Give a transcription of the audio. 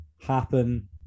happen